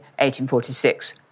1846